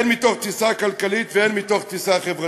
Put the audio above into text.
הן מתוך תפיסה כלכלית והן מתוך תפיסה חברתית.